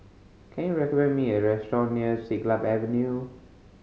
can you recommend me a restaurant near Siglap Avenue